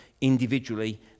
individually